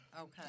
Okay